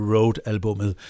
Road-albumet